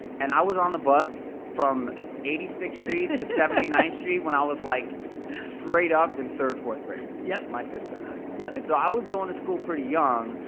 and i was on the bus from eighty sixth street to seventy ninth street when i was like straight up in third fourth grade, yeah my sister and i. yeah and so i was going to school pretty young,